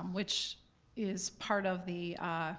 um which is part of the ah